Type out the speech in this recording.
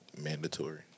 Mandatory